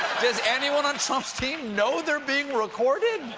does anyone on trump's team know they're being recorded?